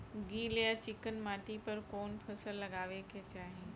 गील या चिकन माटी पर कउन फसल लगावे के चाही?